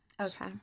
okay